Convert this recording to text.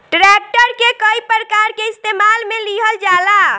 tractor के कई प्रकार के इस्तेमाल मे लिहल जाला